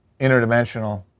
interdimensional